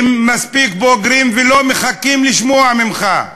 הם מספיק בוגרים ולא מחכים לשמוע ממך.